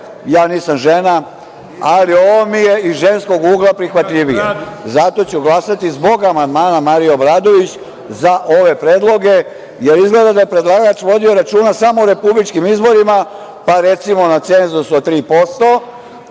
ja nisam žena, ali ovo mi je iz ženskog ugla prihvatljivije i zato ću glasati, zbog amandmana Marije Obradović, za ove predloge, jer izgleda da je predlagač vodio računa samo o republičkim izborima, pa recimo na cenzus od 3%,